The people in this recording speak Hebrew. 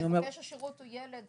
שאם מבקש השירות הוא ילד,